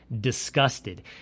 disgusted